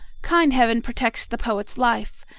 kind heaven protects the poet's life.